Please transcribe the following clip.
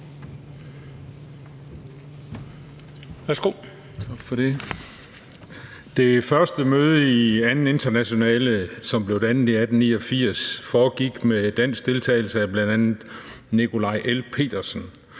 Det første møde i Anden Internationale, som blev dannet i 1889, foregik med dansk deltagelse af bl.a. Nicolaj L. Petersen.